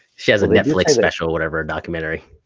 she has a netflix special, whatever, documentary.